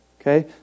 Okay